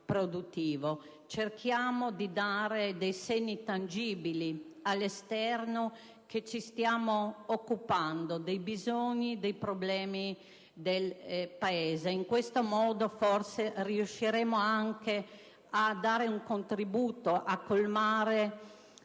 produttivo. Cerchiamo di dare dei segni tangibili all'esterno che dimostrino che ci stiamo occupando dei bisogni e dei problemi del Paese. In questo modo forse riusciremo anche a dare un contributo per colmare